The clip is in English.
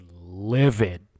livid